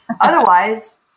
Otherwise